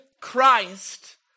Christ